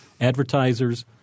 advertisers